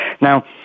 Now